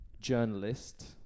journalist